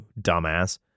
dumbass